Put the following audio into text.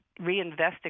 reinvesting